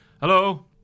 Hello